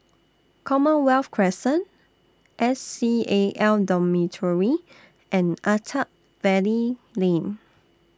Commonwealth Crescent S C A L Dormitory and Attap Valley Lane